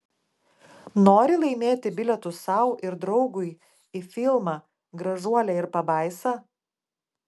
nori laimėti bilietus sau ir draugui į filmą gražuolė ir pabaisa